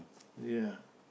ya